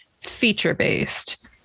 feature-based